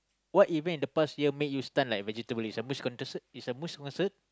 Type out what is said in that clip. what event in the past year make you stun like vegetable is a Muse is a Muse concert